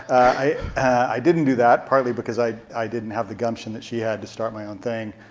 i i didn't do that partly because i i didn't have the gumption that she had to start my own thing.